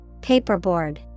Paperboard